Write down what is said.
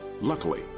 Luckily